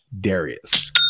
Darius